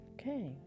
Okay